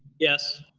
yes.